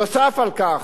נוסף על כך,